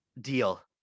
deal